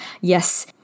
yes